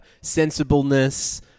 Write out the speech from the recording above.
sensibleness